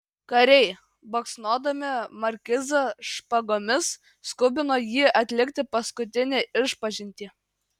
kariai baksnodami markizą špagomis skubino jį atlikti paskutinę išpažintį